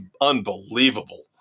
unbelievable